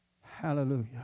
hallelujah